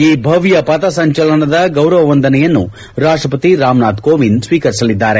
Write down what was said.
ಈ ಭವ್ದ ಪಥಸಂಚಲನದ ಗೌರವ ವಂದನೆಯನ್ನು ರಾಷ್ಷಪತಿ ರಾಮನಾಥ್ ಕೋವಿಂದ್ ಸ್ತೀಕರಿಸಲಿದ್ದಾರೆ